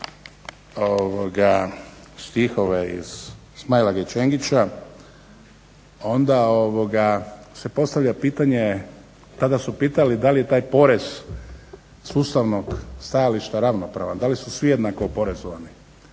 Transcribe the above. stihove iz Smail age Čengića, onda se postavlja pitanje, tada su pitali da li taj porez sustavnog stajališta ravnopravan, da li su svi jednako oporezovani.